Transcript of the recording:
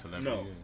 no